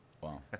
Wow